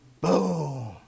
boom